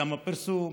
גם הפרסום,